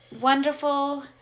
wonderful